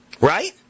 right